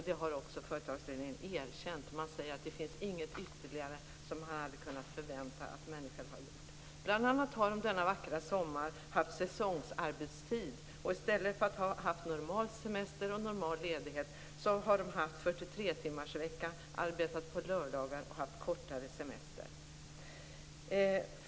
Det har också företagsledningen erkänt; man säger att det inte finns något ytterligare som man hade kunnat förvänta att människor skulle ha gjort. Bl.a. har de denna vackra sommar haft säsongsarbetstid. I stället för att ha normal semester och normal ledighet har de haft 43-timmarsvecka, arbetat på lördagar och haft kortare semester.